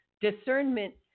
discernment